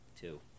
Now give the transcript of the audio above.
Two